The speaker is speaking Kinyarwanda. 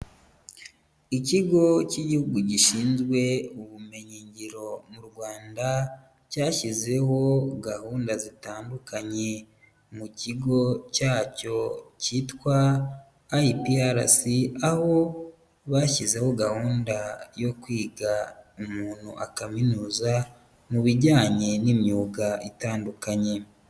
Ikigo k'igihugu gishinzwe Ubumenyingiro mu Rwanda, cyashyizeho gahunda zitandukanye mu kigo cyacyo kitwa IPRC, aho bashyizeho gahunda yo kwiga umuntu akaminuza mu bijyanye n'imyuga itandukanye.